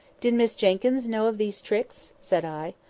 did miss jenkyns know of these tricks? said i.